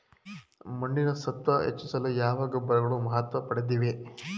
ಮಣ್ಣಿನ ಸತ್ವ ಹೆಚ್ಚಿಸಲು ಯಾವ ಗೊಬ್ಬರಗಳು ಮಹತ್ವ ಪಡೆದಿವೆ?